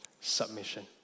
submission